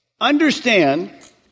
Understand